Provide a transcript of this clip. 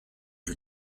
who